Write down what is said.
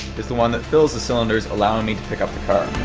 is the one that fills the cylinders allowing me to pick up the car.